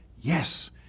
yes